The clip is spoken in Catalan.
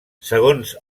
segons